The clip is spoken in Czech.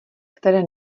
které